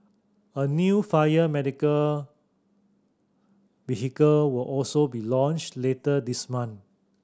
a new fire medical vehicle will also be launched later this month